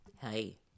hey